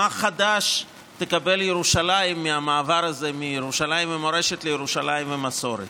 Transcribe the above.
מה חדש תקבל ירושלים מהמעבר הזה מירושלים ומורשת לירושלים ומסורת?